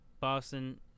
Boston